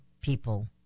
people